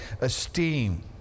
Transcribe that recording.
esteem